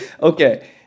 okay